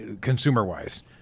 consumer-wise